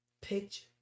picture